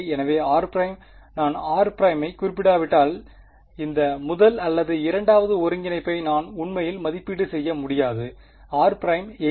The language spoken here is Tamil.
எனவே r′ நான் r பிரைமை குறிப்பிடாவிட்டால் இந்த முதல் அல்லது இரண்டாவது ஒருங்கிணைப்பை நான் உண்மையில் மதிப்பீடு செய்ய முடியாது r பிரைம் எங்கே